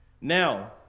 Now